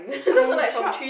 I drop